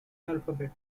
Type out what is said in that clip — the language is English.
alphabet